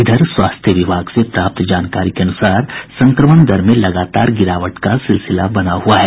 इधर स्वास्थ्य विभाग से प्राप्त जानकारी के अनुसार संक्रमण दर में लगातार गिरावट का सिलसिला बना है